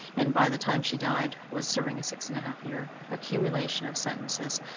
and by the time she died was serving a six and a half year accumulation of sentences,